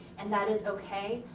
and that is okay.